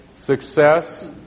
success